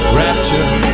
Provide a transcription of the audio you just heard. rapture